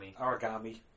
Origami